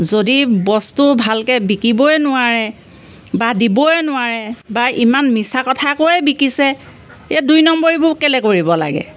যদি বস্তু ভালকে বিকিবই নোৱাৰে বা দিবই নোৱাৰে বা ইমান মিছা কথাকৈয়ে বিকিছে এই দুই নম্বৰিবোৰ কেলে কৰিব লাগে